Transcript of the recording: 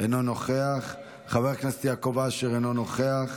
אינו נוכח, חבר הכנסת יעקב אשר, אינו נוכח.